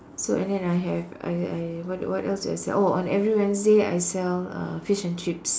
so and then I have I I what what else do I sell oh on every Wednesday I sell uh fish and chips